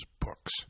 books